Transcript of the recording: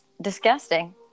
disgusting